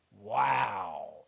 Wow